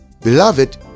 Beloved